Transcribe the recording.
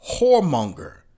whoremonger